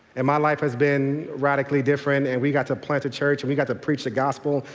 and my life has been radically different and we got to plant a church and we got to preach the gospel.